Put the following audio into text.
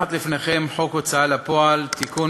מונחת לפניכם הצעת חוק ההוצאה לפועל (תיקון,